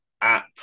app